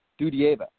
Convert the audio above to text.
Dudieva